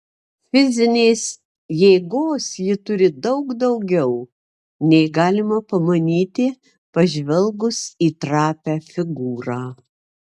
fizinės jėgos ji turi daug daugiau nei galima pamanyti pažvelgus į trapią figūrą